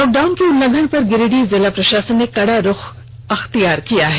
lockdown के उल्लंघन पर गिरिडीह जिला प्रशासन ने कड़ा रुख अख्तियार किया है